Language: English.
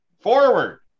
forward